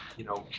you know,